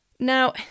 Now